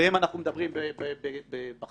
עליהם אנחנו מדברים בחקיקה הזו.